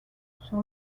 sur